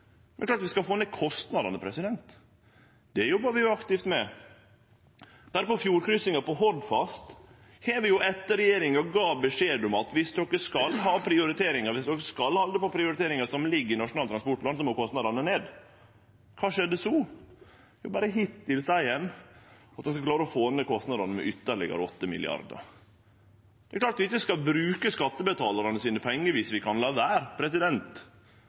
klart at vi skal få ned kostnadene. Det jobbar vi aktivt med. Berre på fjordkryssinga på Hordfast gav regjeringa beskjed om at dersom ein skulle halde på dei prioriteringane som ligg i Nasjonal transportplan, måtte kostnadene ned. Kva skjedde så? Jo, berre hittil har ein sagt at ein skal klare å få ned kostnadene med ytterlegare 8 mrd. kr. Det er klart at vi ikkje skal bruke skattebetalerane sine pengar dersom vi kan